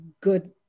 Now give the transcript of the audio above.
good